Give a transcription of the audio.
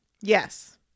Yes